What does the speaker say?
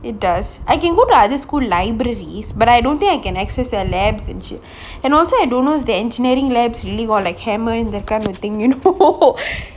it does I can go to other school libraries but I don't think I can access their labs and and also I don't know if the engineering labs have like hammer that kind of thing you know